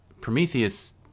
Prometheus